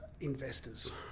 investors